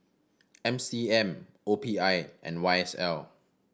M C M O P I and Y S L